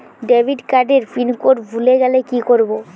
Debit card এর pin code ভুলে গেলে কি করব?